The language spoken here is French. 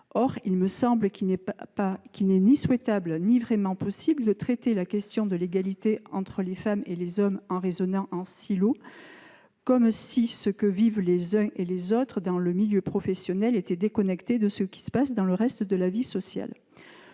Or il ne me semble ni souhaitable ni vraiment possible de traiter la question de l'égalité entre les femmes et les hommes en raisonnant en silos, comme si ce que vivent les uns et les autres dans le milieu professionnel était déconnecté de ce qui se passe dans le reste du champ social.